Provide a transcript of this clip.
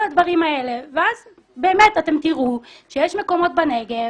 אז אתם תראו שיש מקומות בנגב,